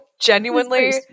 genuinely